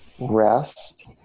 rest